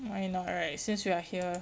why not right since we are here